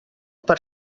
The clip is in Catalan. per